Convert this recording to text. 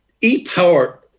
e-power